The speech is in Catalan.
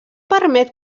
permet